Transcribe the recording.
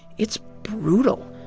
it's brutal.